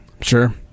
sure